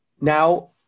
Now